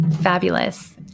fabulous